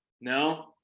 no